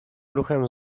ruchem